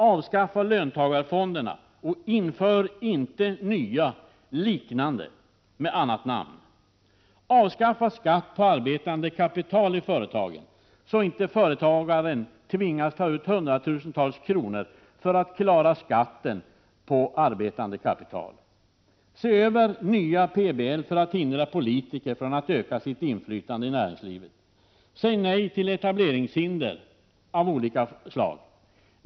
Avskaffa löntagarfonderna och inför inte nya, liknande sådana med annat namn! Avskaffa skatt på arbetande kapital i företagen, så att företagaren inte tvingas ta ut hundratusentals kronor för att klara skatten på arbetande kapital! Se över den nya PBL för att hindra politiker från att öka sitt inflytande i näringslivet! Säg nej 55 till etableringshinder av olika slag.